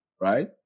right